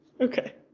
Okay